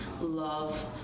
love